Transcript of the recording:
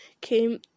came